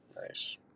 Nice